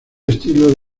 estilo